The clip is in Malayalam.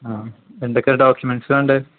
ആ എന്തൊക്കെയാണ് ഡോക്യൂമെൻറ്സ് വേണ്ടേത്